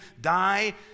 die